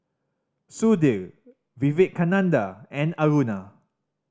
Sudhir Vivekananda and Aruna